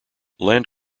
land